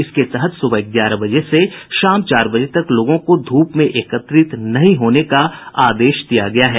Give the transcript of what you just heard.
इसके तहत सुबह ग्यारह बजे से शाम चार बजे तक लोगों को ध्रप में एकत्रित नहीं होने का आदेश दिया गया है